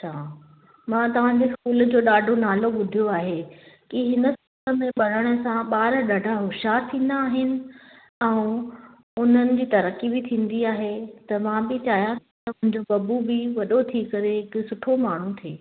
अच्छा मां तव्हांजे स्कूल जो ॾाढो नालो ॿुधो आहे की इन स्कूल में पढ़ण सां ॿार ॾाढा होशियार थींदा आहिनि आऊं हुननि जी तरक़ी बि थीन्दी आहे त मां बि चाहियां थी की मुंहिंजो बबू बि वॾो थी करे सुठो माण्हू ठहे